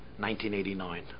1989